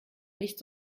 nicht